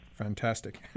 Fantastic